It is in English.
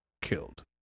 killed